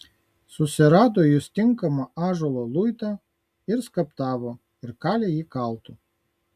susirado jis tinkamą ąžuolo luitą ir skaptavo ir kalė jį kaltu